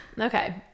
Okay